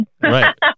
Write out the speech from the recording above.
Right